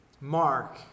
Mark